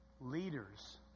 Leaders